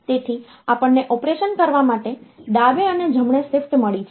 તેથી આપણને ઓપરેશન કરવા માટે ડાબે અને જમણે શિફ્ટ મળી છે